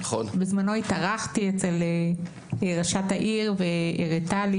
בזמנו התארחתי אצל ראש העיר והיא הראתה לי.